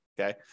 okay